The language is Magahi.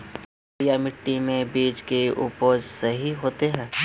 हरिया मिट्टी में बीज के उपज सही होते है?